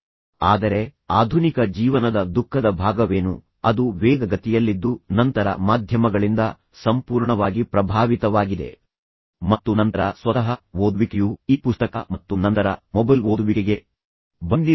ಆದರೆ ಆಧುನಿಕ ಜೀವನದ ದುಃಖದ ಭಾಗವೇನು ಅದು ವೇಗದ ಗತಿಯಲ್ಲಿದ್ದು ನಂತರ ಮಾಧ್ಯಮಗಳಿಂದ ಸಂಪೂರ್ಣವಾಗಿ ಪ್ರಭಾವಿತವಾಗಿದೆ ಮತ್ತು ನಂತರ ಸ್ವತಃ ಓದುವಿಕೆಯು ಇ ಪುಸ್ತಕ ಮತ್ತು ನಂತರ ಮೊಬೈಲ್ ಓದುವಿಕೆಗೆ ಬಂದಿದೆ